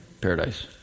paradise